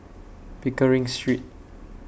Pickering Street